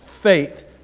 faith